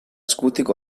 eskutik